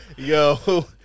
Yo